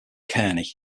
kearney